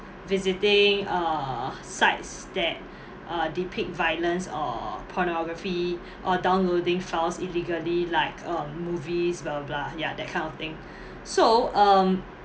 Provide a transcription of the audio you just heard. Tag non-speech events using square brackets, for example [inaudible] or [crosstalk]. visiting uh sites that [breath] uh depict violence or pornography or downloading files illegally like um movies blah blah blah ya that kind of thing [breath] so um